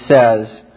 says